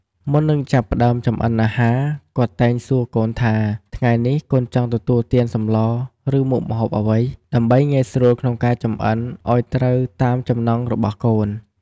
មុននឹងចាប់ផ្ដើមចម្អិនអាហារ គាត់តែងសួរកូនថា "ថ្ងៃនេះកូនចង់ទទួលទានសម្លរ ឬមុខម្ហូបអ្វី?" ដើម្បីងាយស្រួលក្នុងការចម្អិនឲ្យត្រូវតាមចំណង់របស់កូន។